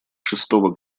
шестого